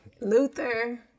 Luther